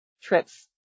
trips